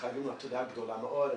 חייבים לה תודה גדולה מאוד.